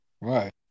Right